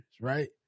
right